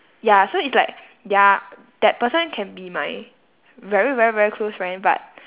ya so it's like they're that person can be my very very very close friend but